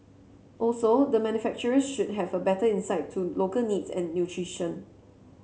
also the manufacturers should have a better insight to local needs and nutrition